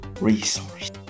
resource